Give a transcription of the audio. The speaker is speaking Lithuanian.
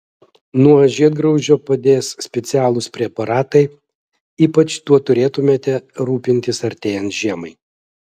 nuo žiedgraužio padės specialūs preparatai ypač tuo turėtumėte rūpintis artėjant žiemai